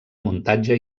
muntatge